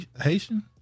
Haitian